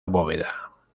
bóveda